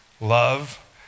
Love